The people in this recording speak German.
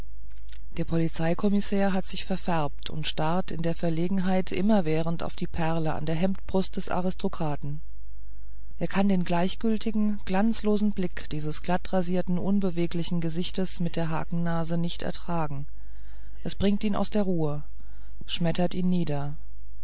der polizeikommissär hat sich verfärbt und starrt in der verlegenheit immerwährend auf die perle in der hemdbrust des aristokraten er kann den gleichgültigen glanzlosen blick dieses glattrasierten unbeweglichen gesichtes mit der hakennase nicht ertragen er bringt ihn aus der ruhe schmettert ihn nieder